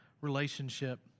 relationship